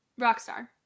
Rockstar